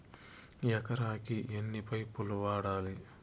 ఎకరాకి ఎన్ని పైపులు వాడాలి?